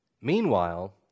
Meanwhile